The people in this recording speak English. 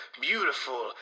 beautiful